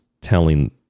telling